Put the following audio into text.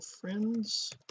friends